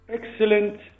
excellent